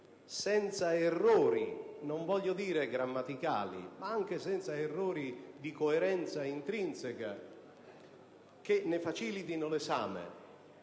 senza errori, non voglio dire grammaticali, ma anche senza errori di coerenza intrinseca. Vede, senatore